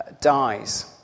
dies